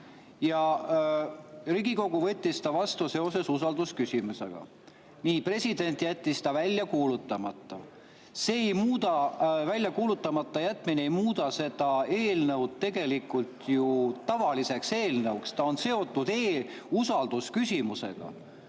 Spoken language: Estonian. ja Riigikogu võttis selle vastu seoses usaldusküsimusega. Nii. President jättis selle välja kuulutamata. Välja kuulutamata jätmine ei muuda seda eelnõu tegelikult ju tavaliseks eelnõuks. See on seotud usaldusküsimusega.